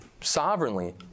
sovereignly